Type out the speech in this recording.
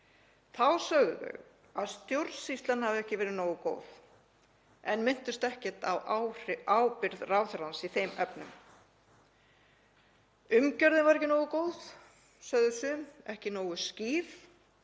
Þá sögðu þau að stjórnsýslan hefði ekki verið nógu góð en minntust ekkert á ábyrgð ráðherrans í þeim efnum. Umgjörðin var ekki nógu góð, sögðu sum, ekki nógu skýr